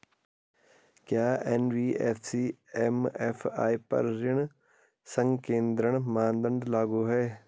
क्या NBFC MFI पर ऋण संकेन्द्रण मानदंड लागू हैं?